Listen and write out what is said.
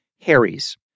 Harry's